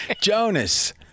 Jonas